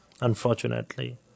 unfortunately